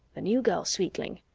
the new girl, sweetling?